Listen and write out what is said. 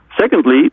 Secondly